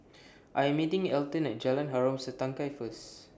I Am meeting Elton At Jalan Harom Setangkai First